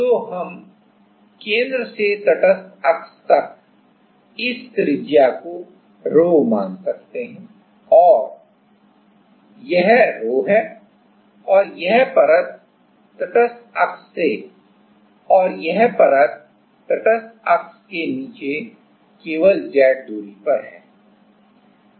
तो हम केंद्र से तटस्थ अक्ष तक इस त्रिज्या को ρ मान सकते हैं यह ρ है और यह परत तटस्थ अक्ष के नीचे केवल Z दूरी पर है